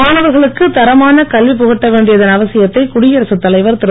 மாணவர்களுக்கு தரமான கல்வி புகட்ட வேண்டியதன் அவசியத்தை குடியரசுத் தலைவர் திரு